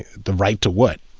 the right to what?